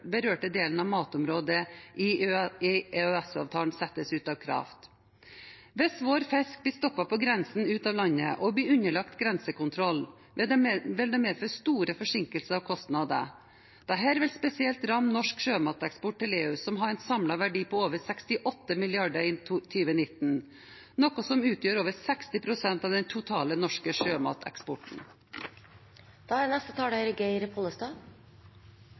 delen om matområdet i EØS-avtalen settes ut av kraft. Hvis vår fisk blir stoppet på grensen ut av landet og blir underlagt grensekontroll, vil det medføre store forsinkelser og kostnader. Dette vil spesielt ramme norsk sjømateksport til EU, som hadde en samlet verdi på over 68 mrd. kr i 2019, noe som utgjør over 60 pst. av den totale norske